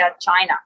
China